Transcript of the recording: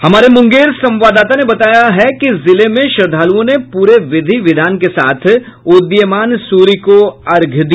हमारे मुंगेर संवाददाता ने बताया है कि जिले में श्रद्धालुओं ने पूरे विधि विधान के साथ उदीयमान सूर्य को अर्घ्य दिया